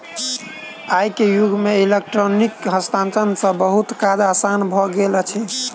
आई के युग में इलेक्ट्रॉनिक हस्तांतरण सॅ बहुत काज आसान भ गेल अछि